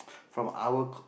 from our co~